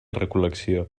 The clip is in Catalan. recol·lecció